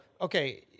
okay